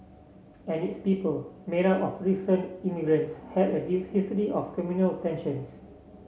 and its people made up of recent immigrants had a history of communal tensions